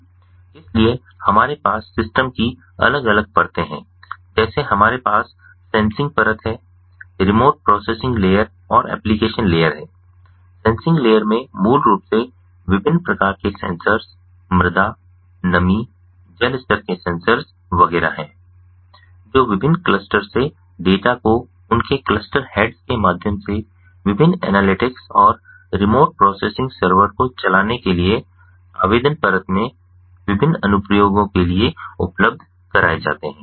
इसलिए हमारे पास सिस्टम की अलग अलग परतें हैं जैसे हमारे पास सेंसिंग परत है रिमोट प्रोसेसिंग लेयर और एप्लीकेशन लेयर है सेंसिंग लेयर में मूल रूप से विभिन्न प्रकार के सेंसर्स मृदा नमी जल स्तर के सेंसर्स वगैरह हैं जो विभिन्न क्लस्टर से डेटा को उनके क्लस्टर हेड्स के माध्यम से विभिन्न एनालिटिक्स और रिमोट प्रोसेसिंग सर्वर को चलाने के लिए आवेदन परत में विभिन्न अनुप्रयोगों के लिए उपलब्ध कराये जाते है